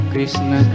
Krishna